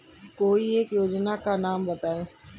कोई एक योजना का नाम बताएँ?